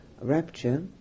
rapture